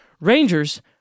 Rangers